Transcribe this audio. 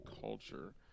culture